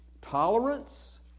tolerance